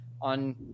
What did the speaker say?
on